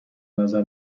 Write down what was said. نظر